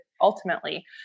Ultimately